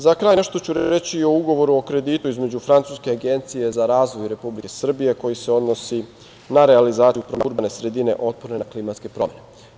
Za kraju, nešto ću reći o ugovoru o kreditu između francuske Agencije za razvoj Republike Srbije koji se odnosi na realizaciju programa urbane sredine otporne na klimatske promene.